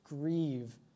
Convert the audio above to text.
grieve